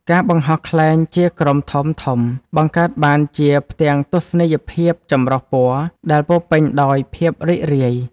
ការបង្ហោះខ្លែងជាក្រុមធំៗ បង្កើតបានជាផ្ទាំងទស្សនីយភាពចម្រុះពណ៌ដែលពោរពេញដោយភាពរីករាយ។